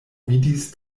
vidis